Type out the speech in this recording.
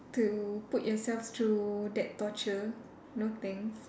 to put yourself through that torture no thanks